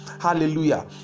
Hallelujah